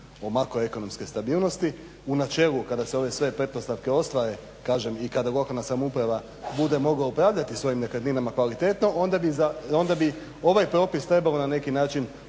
o makroekonomskoj stabilnosti u načelu kada se ove sve pretpostavke ostvare kažem i kada lokalna samouprava bude mogla upravljati svojim nekretninama kvalitetno onda bi ovaj propis trebalo na neki način